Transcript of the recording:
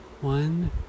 one